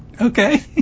Okay